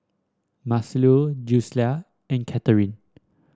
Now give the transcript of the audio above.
Marcelo Julisa and Katherin